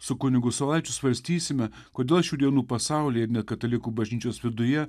su kunigu saulaičiu svarstysime kodėl šių dienų pasaulyje ir net katalikų bažnyčios viduje